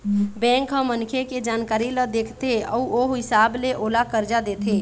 bank ह मनखे के जानकारी ल देखथे अउ ओ हिसाब ले ओला करजा देथे